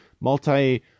multi